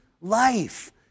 life